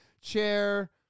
chair